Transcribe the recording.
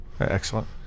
excellent